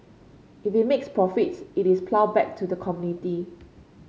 if it makes profits it is ploughed back to the community